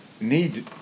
need